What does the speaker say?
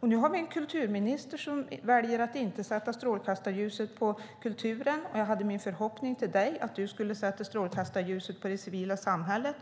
Nu har vi en kulturminister som väljer att inte sätta strålkastarljuset på kulturen, och jag hade förhoppningen att du skulle sätta strålkastarljuset på det civila samhället.